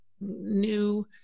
new